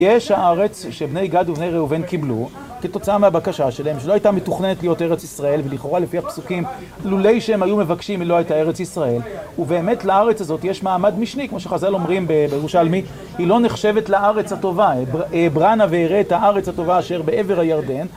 יש הארץ שבני גד ובני ראובן קיבלו כתוצאה מהבקשה שלהם, שלא הייתה מתוכננת להיות ארץ ישראל, ולכאורה לפי הפסוקים לולי שהם היו מבקשים היא לא הייתה ארץ ישראל, ובאמת לארץ הזאת יש מעמד משני, כמו שחזל אומרים בירושלמי, היא לא נחשבת לארץ הטובה, בראנה ואראה את הארץ הטובה אשר בעבר הירדן.